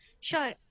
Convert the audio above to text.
Sure